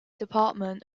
department